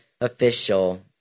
official